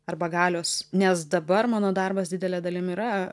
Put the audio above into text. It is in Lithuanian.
arba galios nes dabar mano darbas didele dalim yra